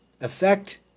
effect